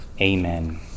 Amen